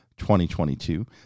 2022